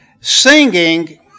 Singing